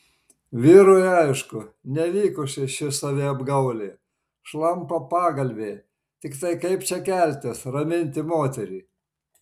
vyrui aišku nevykusi ši saviapgaulė šlampa pagalvė tiktai kaip čia keltis raminti moterį